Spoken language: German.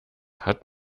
hat